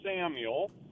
samuel